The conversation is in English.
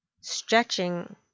stretching